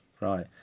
right